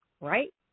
right